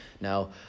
Now